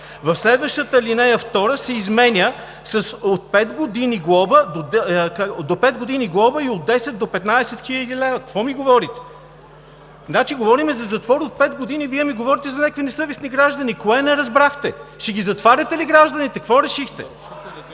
Следващата ал. 2 се изменя със: „от 5 години затвор“ и от „10 до 15 хил. лв.“ Какво ми говорите? Значи, говорим за затвор от 5 години, а Вие ми говорите за някакви несъвестни граждани. Кое не разбрахте? Ще ги затваряте ли гражданите? Какво решихте?